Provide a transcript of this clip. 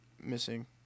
missing